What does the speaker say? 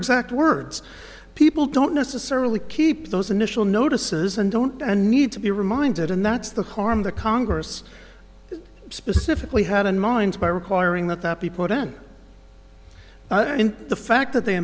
exact words people don't necessarily keep those initial notices and don't and need to be reminded and that's the harm the congress specifically had in mind by requiring that that be put in in the fact that they